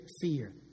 fear